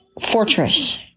fortress